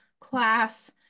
class